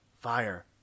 fire